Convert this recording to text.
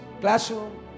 classroom